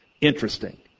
Interesting